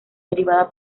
derivada